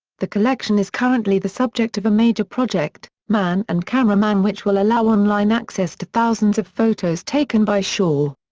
the collection is currently the subject of a major project, man and cameraman which will allow online access to thousands of photos taken by shaw.